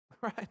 right